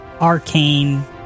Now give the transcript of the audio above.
arcane